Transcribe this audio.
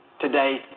Today